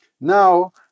Now